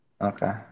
Okay